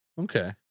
Okay